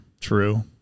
True